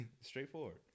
Straightforward